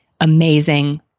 amazing